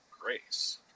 grace